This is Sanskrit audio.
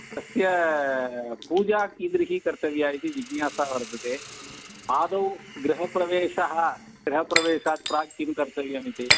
तस्या पूजा कीदृशी कर्तव्या इति जिज्ञासा वर्तते आदौ गृहप्रवेशः गृहप्रवेशात् प्राक् किं कर्तव्यमिति